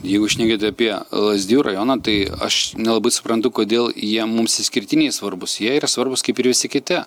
jeigu šnekėt apie lazdijų rajoną tai aš nelabai suprantu kodėl jie mums išskirtiniai svarbūs jie yra svarbūs kaip ir visi kiti